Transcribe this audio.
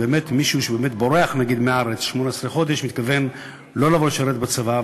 מי שבורח מהארץ מתכוון לא לבוא לשרת בצבא,